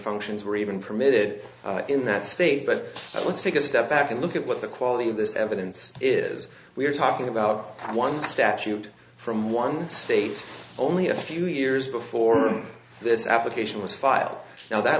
functions were even permitted in that state but let's take a step back and look at what the quality of this evidence is we're talking about one statute from one state only a few years before this application was filed now that